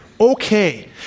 Okay